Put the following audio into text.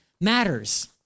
matters